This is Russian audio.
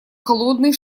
холодный